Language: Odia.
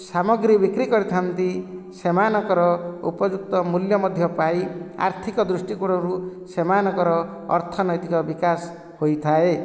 ସାମଗ୍ରୀ ବିକ୍ରି କରିଥାନ୍ତି ସେମାନଙ୍କର ଉପଯୁକ୍ତ ମୂଲ୍ୟ ମଧ୍ୟ ପାଇ ଆର୍ଥିକ ଦୃଷ୍ଟି କୋଣରୁ ସେମାନଙ୍କର ଅର୍ଥନୈତିକ ବିକାଶ ହୋଇଥାଏ